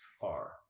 far